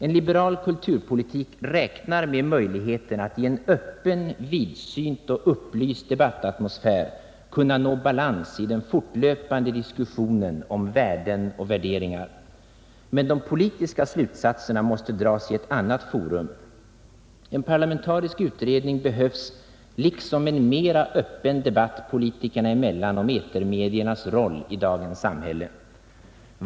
En liberal kulturpolitik räknar med möjligheten att i en öppen, vidsynt och upplyst debattatmosfär kunna nå balans i den fortlöpande diskussionen om värden och värderingar. Men de politiska slutsatserna måste dras i ett annat forum. En parlamentarisk utredning behövs liksom en mera öppen debatt politikerna emellan om etermediernas roll i dagens samhälle.